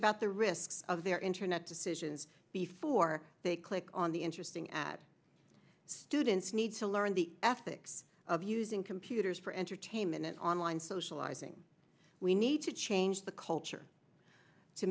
about the risks of their internet decisions before they click on the interesting ad students need to learn the affix of you using computers for entertainment and online socializing we need to change the culture to